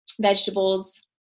vegetables